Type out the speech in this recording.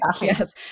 Yes